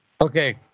Okay